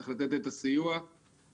צריך לתת את הסיוע ומהר.